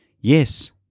Yes